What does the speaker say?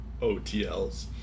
OTLs